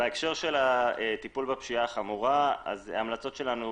בהקשר של הטיפול בפשיעה החמורה, ההמלצות שלנו